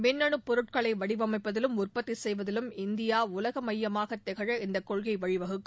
மின்னு பொருட்களை வடிவளமப்பதிலும் உற்பத்தி செய்வதிலும் இந்தியா உலக மையமாகத் திகழ இந்தக் கொள்கை வழிவகுக்கும்